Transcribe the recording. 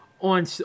on